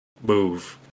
Move